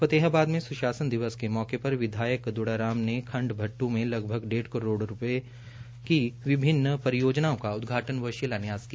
फतेहाबाद में सुशासन दिवस के मौके पर द्डाराम ने खंड भट्टू में लगभग डेढ़ करोड़ रूपये की विभिन्न परियोजनाओं का उदघाटन व शिलान्यास किया